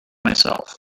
myself